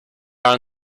are